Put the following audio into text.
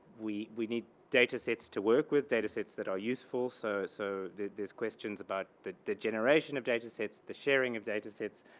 we we need datasets to work with, datasets that are useful. so so this question's about the the generation of datasets, the sharing of datasets,